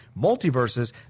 multiverses